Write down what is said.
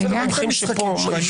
אני